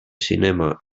cinema